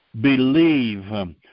believe